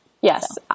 Yes